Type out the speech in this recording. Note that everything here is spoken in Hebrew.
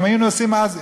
ואם היינו עושים אז,